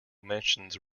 mentions